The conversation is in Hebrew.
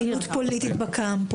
בעניין פעילות פוליטית בקמפוס.